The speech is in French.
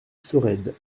sorède